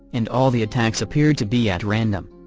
and all the attacks appeared to be at random.